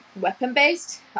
weapon-based